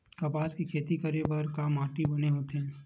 कपास के खेती करे बर का माटी बने होथे?